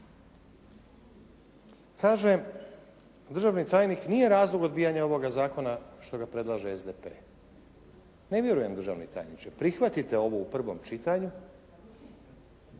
Kaže državni tajnik: «Nije razlog odbijanja ovoga zakona što ga predlaže SDP.» Ne vjerujem državni tajniče. Prihvatite ovo u prvom čitanju,